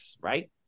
right